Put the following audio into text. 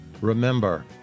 remember